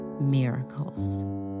miracles